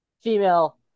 female